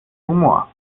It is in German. humor